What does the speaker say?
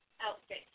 outfit